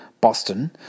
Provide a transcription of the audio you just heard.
Boston